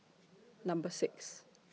Number six